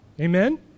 Amen